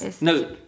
No